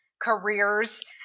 careers